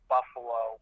Buffalo